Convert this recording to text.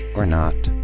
or not.